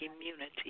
immunity